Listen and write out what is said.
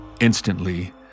Instantly